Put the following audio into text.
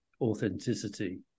authenticity